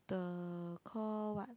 the call what